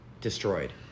destroyed